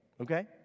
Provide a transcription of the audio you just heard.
Okay